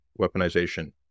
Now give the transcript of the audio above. weaponization